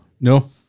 No